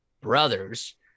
brothers